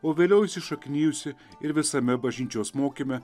o vėliau įsišaknijusi ir visame bažnyčios mokyme